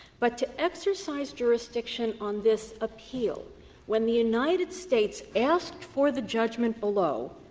but to exercise jurisdiction on this appeal when the united states asked for the judgment below,